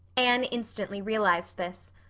anne instantly realized this.